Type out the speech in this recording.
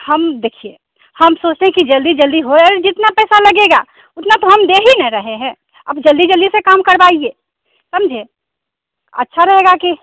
हम देखिए हम सोचते हैं कि जल्दी जल्दी होए जितना पैसा लगेगा उतना तो हम दे ही न रहे हैं अब जल्दी जल्दी से काम करवाइए समझे अच्छा रहेगा की